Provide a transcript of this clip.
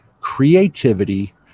creativity